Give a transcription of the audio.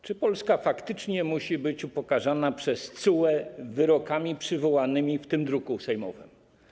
Czy Polska faktycznie musi być upokarzana przez TSUE wyrokami przywołanymi w tym druku sejmowym?